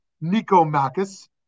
Nicomachus